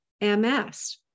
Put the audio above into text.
ms